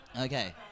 okay